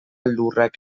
lurrak